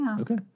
Okay